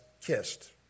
kissed